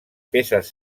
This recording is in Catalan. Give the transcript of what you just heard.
peces